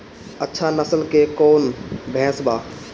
अच्छा नस्ल के कौन भैंस बा?